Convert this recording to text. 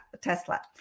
Tesla